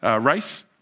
race